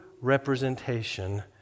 representation